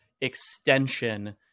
extension